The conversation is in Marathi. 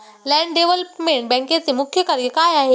लँड डेव्हलपमेंट बँकेचे मुख्य कार्य काय आहे?